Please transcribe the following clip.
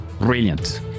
Brilliant